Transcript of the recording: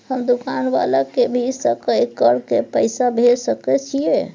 हम दुकान वाला के भी सकय कर के पैसा भेज सके छीयै?